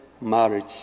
marriage